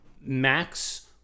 Max